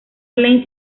lane